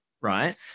Right